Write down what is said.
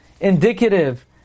indicative